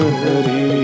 hari